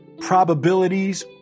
probabilities